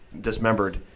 dismembered